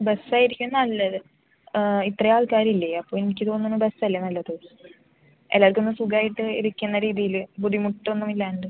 bus ആയിരിക്കും നല്ലത് ഇത്രയും ആൾക്കാർ ഇല്ലേ അപ്പോൾ എനിക്ക് തോന്നണു ബസ്സ് അല്ലേ നല്ലത് എല്ലാവർക്കും ഒന്ന് സുഖമായിട്ട് ഇരിക്കുന്ന രീതിയിൽ ബുദ്ധിമുട്ട് ഒന്നും ഇല്ലാണ്ട്